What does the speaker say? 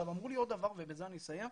אמרו לי עוד דבר, ובזה אני אסיים,